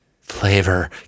flavor